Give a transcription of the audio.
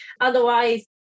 Otherwise